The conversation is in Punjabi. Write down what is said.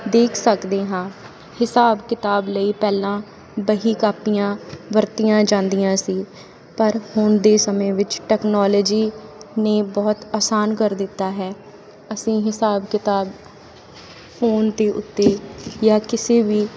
ਦੇਖ ਸਕਦੇ ਹਾਂ ਹਿਸਾਬ ਕਿਤਾਬ ਲਈ ਪਹਿਲਾਂ ਬਹੀ ਕਾਪੀਆਂ ਵਰਤੀਆਂ ਜਾਂਦੀਆਂ ਸੀ ਪਰ ਹੁਣ ਦੇ ਸਮੇਂ ਵਿੱਚ ਟੈਕਨੋਲੋਜੀ ਨੇ ਬਹੁਤ ਆਸਾਨ ਕਰ ਦਿੱਤਾ ਹੈ ਅਸੀਂ ਹਿਸਾਬ ਕਿਤਾਬ ਫੋਨ ਦੇ ਉੱਤੇ ਜਾਂ ਕਿਸੇ ਵੀ